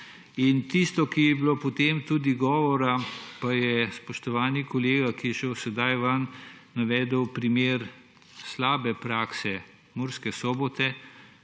In tisto, kar je bilo potem tudi govora, pa je spoštovani kolega, ki je šel sedaj ven, navedel primer slabe prakse Murske Sobote,